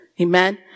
Amen